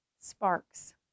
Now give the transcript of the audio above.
sparks